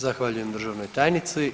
Zahvaljujem državnoj tajnici.